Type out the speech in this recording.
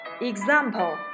Example